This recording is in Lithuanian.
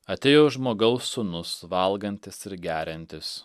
atėjo žmogaus sūnus valgantis ir geriantis